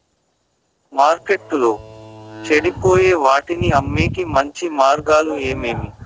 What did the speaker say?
మార్కెట్టులో చెడిపోయే వాటిని అమ్మేకి మంచి మార్గాలు ఏమేమి